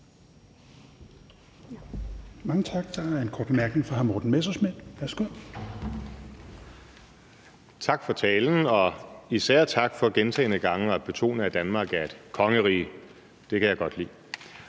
Mange tak. Der er en kort bemærkning fra hr. Morten Messerschmidt. Værsgo. Kl. 17:03 Morten Messerschmidt (DF): Tak for talen, og især tak for gentagne gange at betone, at Danmark er et kongerige. Det kan jeg godt lide.